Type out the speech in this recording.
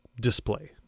display